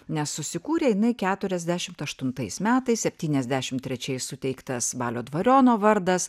nes susikūrė jinai keturiasdešimt aštuntais metais septyniasdešimt trečiais suteiktas balio dvariono vardas